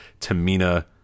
Tamina